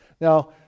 Now